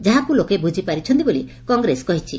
ଯାହାକୁ ଲୋକେ ବୁଝିପାରିଛନ୍ତି ବୋଲି କଂଗ୍ରେସ କହିଛି